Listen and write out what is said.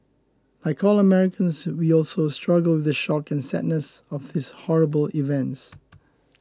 like all Americans we also struggle the shock and sadness of these horrible events